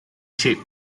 shape